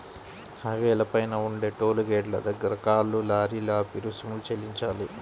హైవేల పైన ఉండే టోలు గేటుల దగ్గర కార్లు, లారీలు ఆపి రుసుము చెల్లించాలి